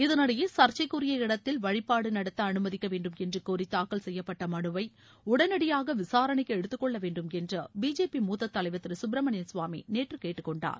இதனிடையே சர்ச்சைக்குரிய இடத்தில் வழிபாடு நடத்த அனுமதிக்க வேண்டும் என்று கோரி தாக்கல் செய்யப்ட்ட மனுவை உடனடியாக விசாரணைக்கு எடுத்துக்கொள்ள வேண்டும் என்று பிஜேபி மூத்த தலைவர் திரு சுப்பிரமணியன் சாமி நேற்று கேட்டுக்கொண்டார்